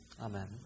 Amen